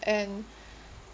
and